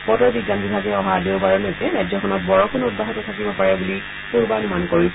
বতৰ বিজ্ঞান বিভাগে অহা দেওবাৰলৈকে ৰাজ্যখনত বৰষূণ অব্যাহত থাকিব পাৰে বুলি পূৰ্বানুমান কৰিছে